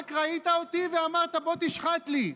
רק ראית אותי ואמרת: בוא תשחט לי,